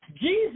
Jesus